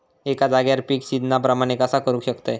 एका जाग्यार पीक सिजना प्रमाणे कसा करुक शकतय?